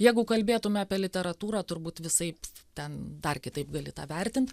jeigu kalbėtume apie literatūrą turbūt visaip ten dar kitaip gali tą vertint